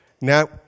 Now